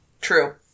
True